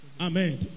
Amen